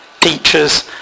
teachers